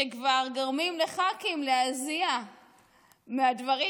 שכבר גורמים לח"כים להזיע מהדברים,